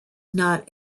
not